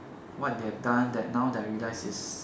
what they have done that now that I realize is